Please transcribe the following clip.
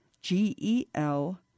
g-e-l